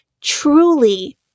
truly